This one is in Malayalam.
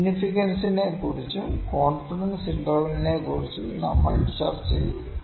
സിഗ്നിഫിക്കൻസ്നെക്കുറിച്ചും കോൺഫിഡൻസ് ഇന്റർവെൽനെക്കുറിച്ചും നമ്മൾ ചർച്ച ചെയ്യും